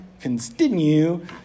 continue